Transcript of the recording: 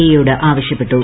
A യോട് ആവശ്യപ്പെട്ടു